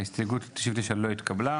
0 הסתייגות 99 לא התקבלה.